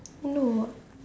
no [what]